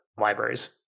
libraries